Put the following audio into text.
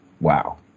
wow